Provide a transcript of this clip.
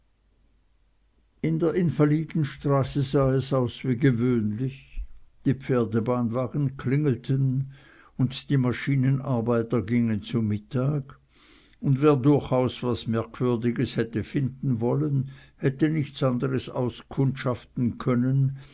in der invalidenstraße sah es aus wie gewöhnlich die pferdebahnwagen klingelten und die maschinenarbeiter gingen zu mittag und wer durchaus was merkwürdiges hätte finden wollen hätte nichts anderes auskundschaften können